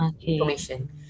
information